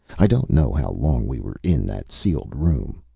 i don't know how long we were in that sealed room.